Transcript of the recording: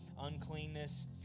uncleanness